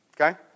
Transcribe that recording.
Okay